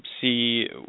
see